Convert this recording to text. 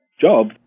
job